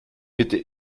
bitte